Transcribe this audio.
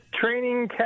training